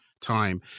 time